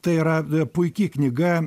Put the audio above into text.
tai yra puiki knyga